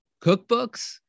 cookbooks